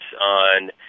on